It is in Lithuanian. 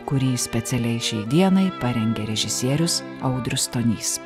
kurį specialiai šiai dienai parengė režisierius audrius stonys